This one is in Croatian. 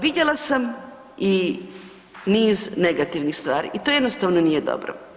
Vidjela sam i niz negativnih stvari i to jednostavno nije dobro.